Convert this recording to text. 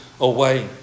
away